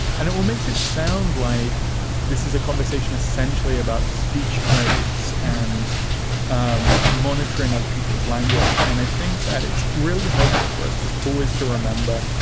and it will makes it sound like this is a conversation essentially about speech codes and um monitoring other people's language. and i think that it's really helpful for us just always to remember,